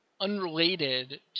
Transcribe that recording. unrelated